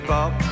Bob